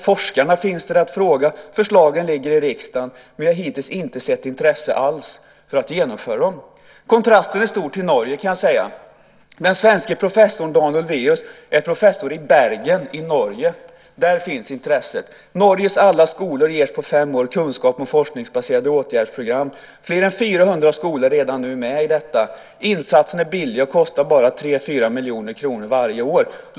Forskarna finns där att fråga. Förslagen ligger i riksdagen. Vi har hittills inte sett något intresse för att genomföra dem. Kontrasten är stor mot Norge. Den svenske professorn Dan Olweus är professor i Bergen i Norge. Där finns intresset. Norges alla skolor ges på fem år kunskap om forskningsbaserade åtgärdsprogram. Fler än 400 skolor är redan nu med i detta. Insatsen är billig. Den kostar bara 3-4 miljoner kronor varje år.